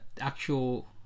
actual